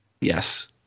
Yes